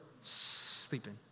Sleeping